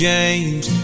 James